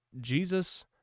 Jesus